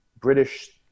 British